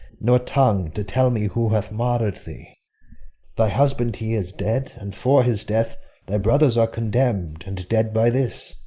nor tongue to tell me who hath martyr'd thee thy husband he is dead, and for his death thy brothers are condemn'd, and dead by this.